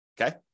okay